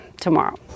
tomorrow